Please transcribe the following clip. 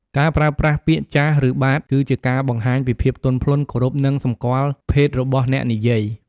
ការប្រើប្រាស់ពាក្យ "ចាស" ឬ "បាទ" គឺជាការបង្ហាញពីភាពទន់ភ្លន់ គោរព និងសម្គាល់ភេទរបស់អ្នកនិយាយ។